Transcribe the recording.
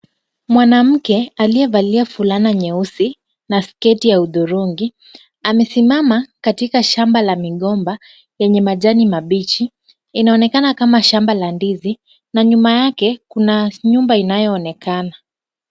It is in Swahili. Mwanamke aliyevalia fulana nyeusi na sketi ya hudhurungi amesimama katika shamba la migomba yenye majani mabichi. Inaonekana kama shamba la ndizi na nyuma yake kuna nyumba inayoonekana.